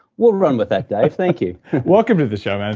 we'll run with that, dave, thank you welcome to the show, and